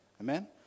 Amen